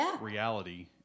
reality